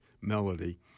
melody